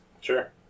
sure